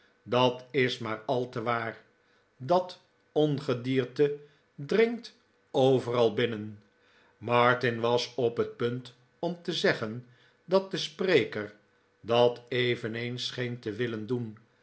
dat is niaar al te waar dat ongedierte dringt overal binnen martin was op net punt om te zeggen dat de spreker dat eveneens scheen te willen doen